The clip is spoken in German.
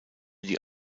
die